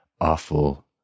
Awful